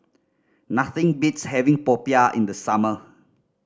nothing beats having popiah in the summer